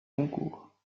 concours